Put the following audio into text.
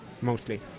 mostly